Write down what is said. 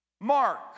mark